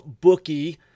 bookie